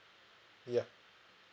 ya